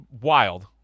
wild